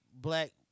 black